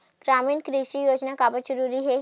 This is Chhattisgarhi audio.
ग्रामीण कृषि योजना काबर जरूरी हे?